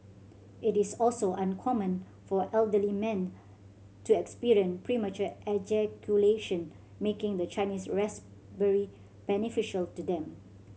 it is also uncommon for elderly men to experience premature ejaculation making the Chinese raspberry beneficial to them